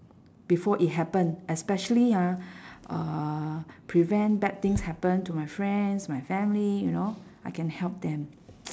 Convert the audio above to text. before it happen especially ah uh prevent bad things happen to my friends my family you know I can help them